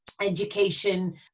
education